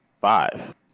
Five